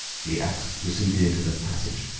the axe receded into the passage,